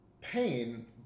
pain